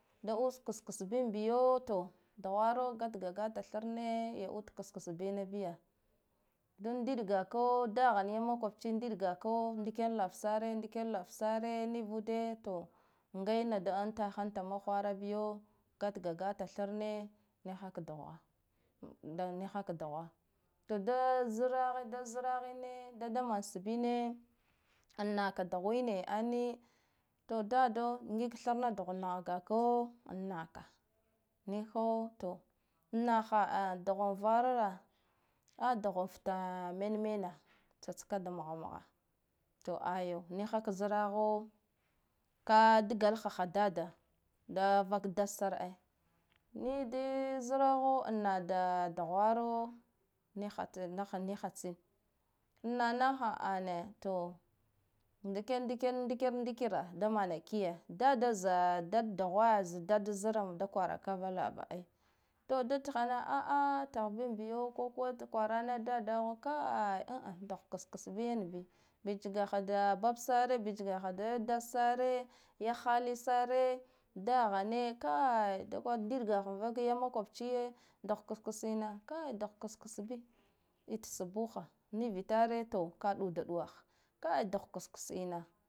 Da ud ksks bin biyo to duhawaro gatga gata tharne ya ud ksks be na biya, da ndiɗ ga ko da hanya ma kobchi nɗiɗ ga ko ndiken lav sare ndiken lav sare nivude to ngena da un taha unta mahwara biyo gatga gata tharne niha ka duhwaho da niha ka duhwaho, to da zrahine zrahine dada man sbbine an naka ɗuhwine ani, to dado ngig tharna ɗuhwe nah ga ko an naka niho to an naha a dahaw varawa a duhwa fta men mena, tsatska da mahmaha to ayo niha ka zraho ka ɗgalahaha ɗado da vak dadsar ai, nide zraho an nada duhwaro niha tsa naha niha tsin an nahha ane to ndiken ndiken nideken nɗikira da mana kiya dada za dad duhwe za dada zre da kwara ka lava ai, to da tha la aa tahbin biyo ko katkwarane dada kai aam duh ksk ba yan bi bich gaha da babsare bichga da ya dad sare ya hali sare da hane kai da kwan ndiɗga vak ya makobihiye duhwa ksks ina kai duh ksks bi anta subuha niribre ka ɗuɗas ɗuwa ha duk ksks ina.